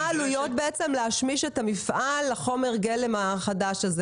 מה העלויות להשמיש את המפעל לחומר גלם החדש הזה?